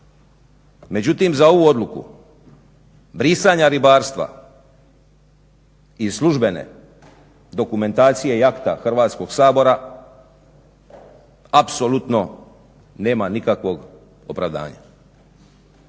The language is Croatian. Međutim, za ovu odluku brisanja ribarstva iz službene dokumentacije i akta Hrvatskog sabora apsolutno nema nikakvog opravdanja.